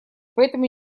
потому